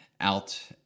out